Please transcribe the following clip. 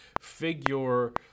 Figure